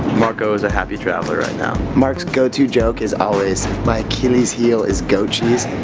marko is a happy traveller right now. mark's go-to-joke is always my heel is heel is goat cheese